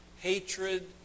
hatred